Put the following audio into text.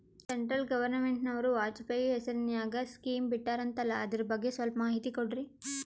Central ಗವರ್ನಮೆಂಟನವರು ವಾಜಪೇಯಿ ಹೇಸಿರಿನಾಗ್ಯಾ scheme ಬಿಟ್ಟಾರಂತಲ್ಲ ಅದರ ಬಗ್ಗೆ ಸ್ವಲ್ಪ ಮಾಹಿತಿ ಕೊಡ್ರಿ?